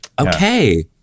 okay